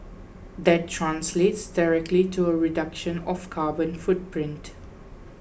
that translates directly to a reduction of carbon footprint